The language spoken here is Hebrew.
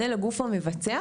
לגוף התשתית,